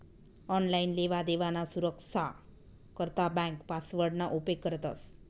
online लेवादेवाना सुरक्सा करता ब्यांक पासवर्डना उपेग करतंस